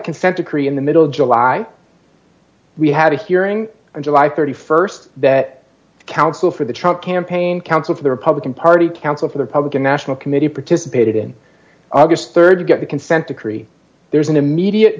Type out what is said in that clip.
consent decree in the middle of july we had a hearing on july st that counsel for the trump campaign counsel for the republican party counsel for the republican national committee participated in august rd to get the consent decree there's an immediate